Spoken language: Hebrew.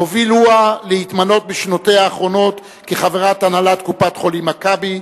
הובילוה להתמנות בשנותיה האחרונות לחברת הנהלת קופת-חולים "מכבי",